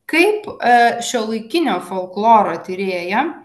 kaip e šiuolaikinio folkloro tyrėja